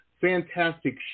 fantastic